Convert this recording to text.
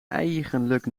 eigenlijk